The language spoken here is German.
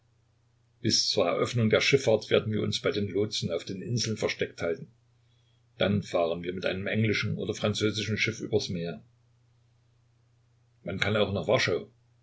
bis zur eröffnung der schifffahrt werden wir uns bei den lotsen auf den inseln versteckt halten dann fahren wir mit einem englischen oder französischen schiff übers meer man kann auch nach